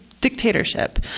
dictatorship